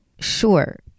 Sure